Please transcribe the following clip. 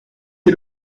est